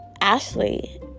Ashley